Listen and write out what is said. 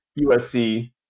USC